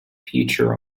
future